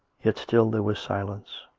yet still there was silence.